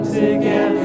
together